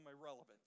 irrelevant